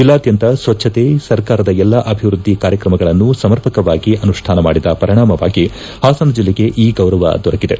ಜಿಲ್ಲಾದ್ದಂತ ಸ್ವಚ್ಛತೆ ಸರ್ಕಾರದ ಎಲ್ಲಾ ಅಭಿವೃದ್ದಿ ಕಾರ್ಯಕ್ರಮಗಳನ್ನು ಸಮರ್ಪಕವಾಗಿ ಅನುಷ್ಟಾನ ಮಾಡಿದ ಪರಿಣಾಮವಾಗಿ ಹಾಸನ ಜಿಲ್ಲೆಗೆ ಈ ಗೌರವ ದೊರಕಿದೆ